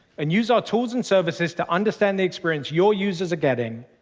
and use our tools and services to understand the experience your users are getting,